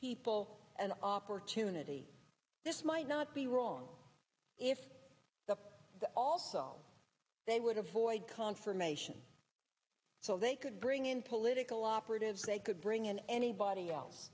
people an opportunity this might not be wrong if the also they would avoid confirmation so they could bring in political operatives they could bring in anybody else